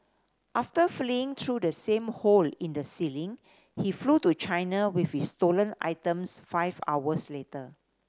after fleeing through the same hole in the ceiling he flew to China with his stolen items five hours later